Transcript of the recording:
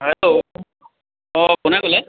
hello অঁ কোনে ক'লে